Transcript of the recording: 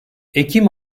ekim